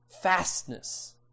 fastness